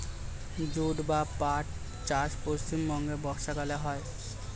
jute বা পাট চাষ পশ্চিমবঙ্গে বর্ষাকালে হয়